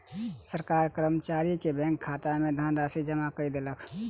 सरकार कर्मचारी के बैंक खाता में धनराशि जमा कय देलक